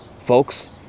folks